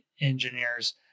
engineer's